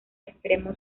extremo